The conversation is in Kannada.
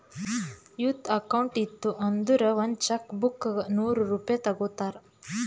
ಯೂತ್ ಅಕೌಂಟ್ ಇತ್ತು ಅಂದುರ್ ಒಂದ್ ಚೆಕ್ ಬುಕ್ಗ ನೂರ್ ರೂಪೆ ತಗೋತಾರ್